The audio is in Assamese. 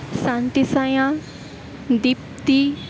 শান্তি চায়া দিপ্তী